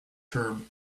term